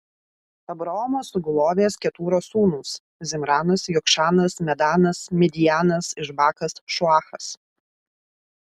abraomo sugulovės ketūros sūnūs zimranas jokšanas medanas midjanas išbakas šuachas